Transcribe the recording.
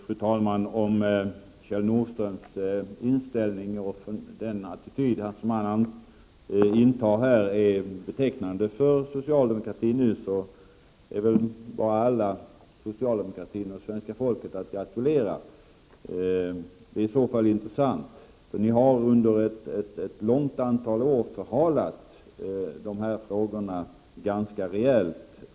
Fru talman! Om den inställning och attityd som Kjell Nordström här visar är betecknande för socialdemokratin nu, är väl socialdemokratin och svenska folket att gratulera. Det är i så fall en intressant sak. Under många år har ni ju förhalat arbetet med de här frågorna ganska rejält.